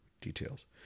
details